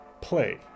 play